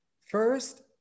First